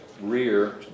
rear